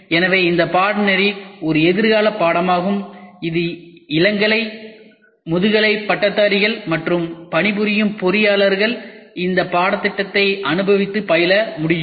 எனவே இந்த பாடநெறி ஒரு எதிர்கால பாடமாகும் இது இளங்கலை முதுகலை பட்டதாரிகள் மற்றும் பணிபுரியும் பொறியாளர்கள் இந்த பாடத்திட்டத்தை அனுபவித்து பயில முடியும்